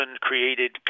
created